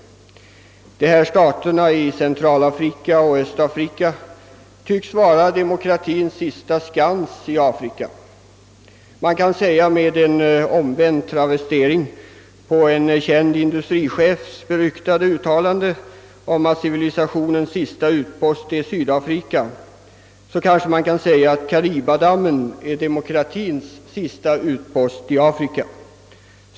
Dessa stater i Centralafrika och Östafrika tycks vara demokratiens sista skans i Afrika. En känd industrichef har fällt det beryktade uttalandet att civilisationens sista utpost är Sydafrika. Med en travestering av detta uttalande skulle man kunna säga, att Karibadammen är demokratiens sista utpost i Afrika.